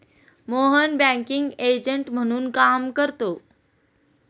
Mohan banking agent म्हणून काम करतो